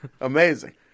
Amazing